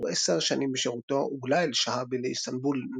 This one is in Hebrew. כעבור עשר שנים בשירותו הוגלה אל-שהאבי לאיסטנבול,